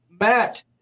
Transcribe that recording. Matt